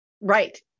Right